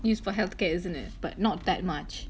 use for healthcare isn't it but not that much